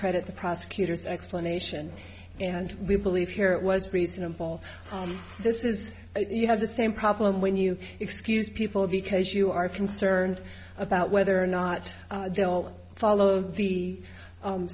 credit the prosecutor's explanation and we believe here it was reasonable this is you have the same problem when you excuse people because you are concerned about whether or not they'll follow the